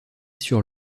sur